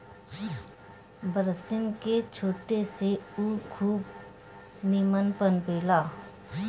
बरसिंग के छाटे से उ खूब निमन पनपे ला